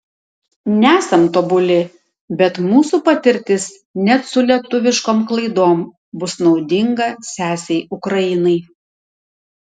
nesam tobuli bet mūsų patirtis net su lietuviškom klaidom bus naudinga sesei ukrainai